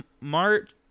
March